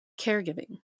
caregiving